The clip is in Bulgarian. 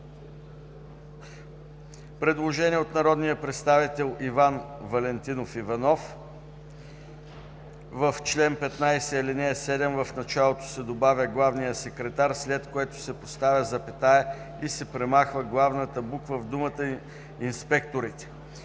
Предложение от народния представител Иван Валентинов Иванов: „В чл. 15, ал. 7 в началото се добавя „Главният секретар“, след което се поставя запетая и се премахва главната буква в думата „инспекторите“.“